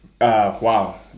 Wow